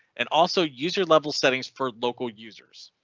and also user level settings for local users.